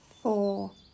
four